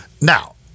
Now